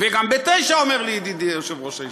וגם ב-09:00, אומר לי ידידי יושב-ראש הישיבה.